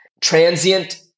transient